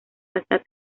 hasta